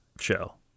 shell